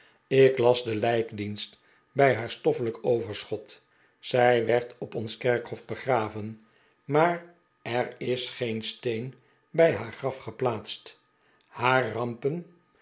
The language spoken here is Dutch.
ik las den lijkdienst bij haar stoffelijk overschot zij werd op ons kerkhof begraven maar er is geen steen bij haar graf geplaatst haar rampen